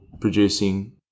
producing